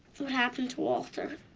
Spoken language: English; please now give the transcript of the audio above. what happened to walter.